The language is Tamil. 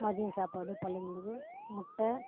மதியம் சாப்பாடு பிள்ளைங்களுக்கு முட்டை